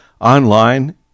online